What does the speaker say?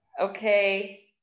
Okay